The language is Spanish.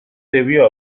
debió